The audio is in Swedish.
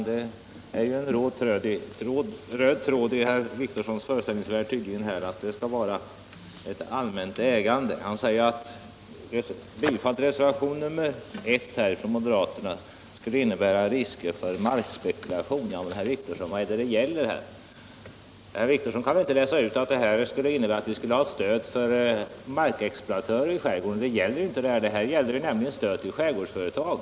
Det är en röd tråd i hans föreställningsvärld att mark skall vara i allmän ägo. Han säger att reservationen 1 ifrån moderaterna skulle innebära risker för markspekulation. Men, herr Wictorsson, vad är det saken gäller här? Herr Wictorsson kan inte läsa ut av reservationen ett stöd för markexploatörer i skärgården. Här gäller det stöd till skärgårdsföretag.